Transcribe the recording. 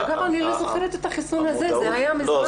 אני לא זוכרת את החיסון הזה, זה היה מזמן.